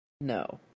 No